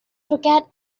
forget